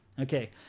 Okay